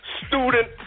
student